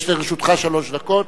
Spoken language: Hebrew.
יש לרשותך שלוש דקות.